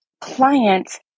clients